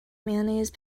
mayonnaise